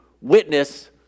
witness